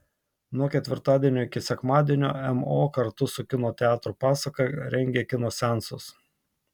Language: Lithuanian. nuo ketvirtadienio iki sekmadienio mo kartu su kino teatru pasaka rengia kino seansus